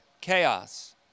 chaos